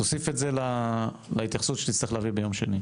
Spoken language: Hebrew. תוסיף את זה להתייחסות שתצטרך להביא ביום שני.